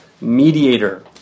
mediator